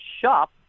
shop